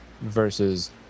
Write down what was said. versus